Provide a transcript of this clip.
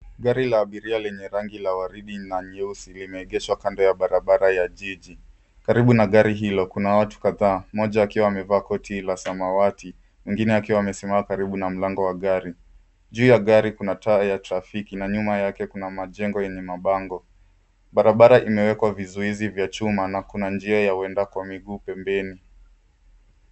Gari la abiria lenye rangi la waridi na nyeusi limegeshwa kando ya barabara ya jiji. Karibu na gari hilo kuna watu kadhaa moja akiwa amevaa koti la samawati mwingine akiwa amesimama karibu na mlango wa gari. Juu ya gari kuna taa ya trafiki na nyuma yake kuna majengo yenye mabango barabara imewekwa vizuizi vya chuma na kuna njia ya wenda kwa miguu pembeni.